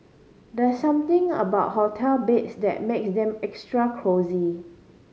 there's something about hotel beds that makes them extra cosy